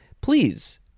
please